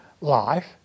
life